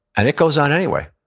and it goes on anyway.